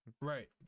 right